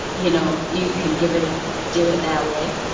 you know, you can give it it do it that way.